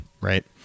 right